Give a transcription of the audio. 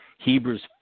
Hebrews